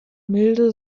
milde